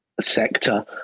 sector